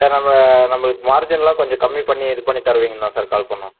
sir நம்ம நம்மளுக்கு மார்ஜின்லாம் கொஞ்சம் கம்மி பண்ணி இது பண்ணித் தருவீங்கன்னு தான் சார் கால் பண்ணோம்